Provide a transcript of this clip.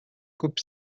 coupe